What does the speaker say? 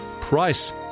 Price